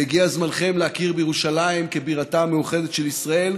והגיע זמנכם להכיר בירושלים כבירתה המאוחדת של ישראל,